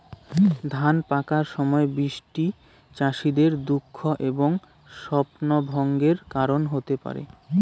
ধান পাকার সময় বৃষ্টি চাষীদের দুঃখ এবং স্বপ্নভঙ্গের কারণ হতে পারে